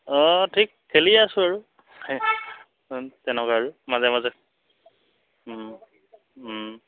অঁ ঠিক খেলি আছোঁ আৰু তেনেকুৱা আৰু মাজে মাজে